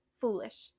foolish